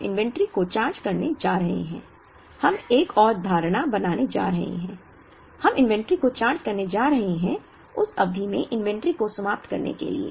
अब हम इन्वेंट्री को चार्ज करने जा रहे हैं हम एक और धारणा बनाने जा रहे हैं हम इन्वेंट्री को चार्ज करने जा रहे हैं उस अवधि में इन्वेंट्री को समाप्त करने के लिए